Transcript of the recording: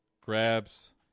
grabs